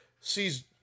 sees